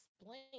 explain